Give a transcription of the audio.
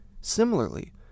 Similarly